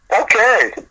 Okay